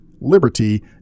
liberty